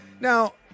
Now